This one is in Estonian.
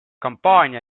kampaania